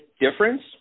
difference